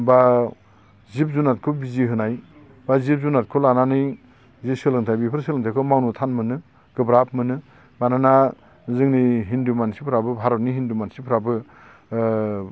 बा जिब जुनारखौ बिजि होनाय बा जिब जुनारखौ लानानै जे सोलोंथाय बेफोर सोलोंथायखौ मावनो थान मोनो गोब्राब मोनो मानोना जोंनि हिन्दु मानसिफोराबो भारतनि हिन्दु मानसिफोराबो ओ